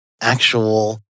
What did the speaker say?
actual